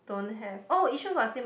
don't have oh yishun got cin~